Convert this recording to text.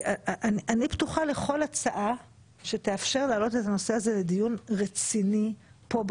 אני פתוחה לכול הצעה שתאפשר להעלות את הנושא הזה לדיון רציני פה,